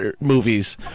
movies